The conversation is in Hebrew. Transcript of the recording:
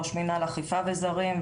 ראש מינהל אכיפה וזרים,